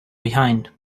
behind